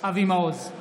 אבי מעוז,